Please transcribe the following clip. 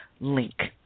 link